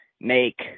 make